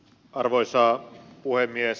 arvoisa puhemies